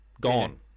Gone